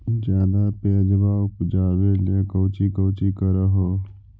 ज्यादा प्यजबा उपजाबे ले कौची कौची कर हो?